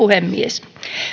puhemies